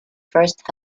first